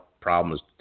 problems